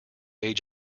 age